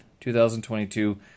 2022